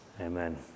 Amen